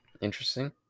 Interesting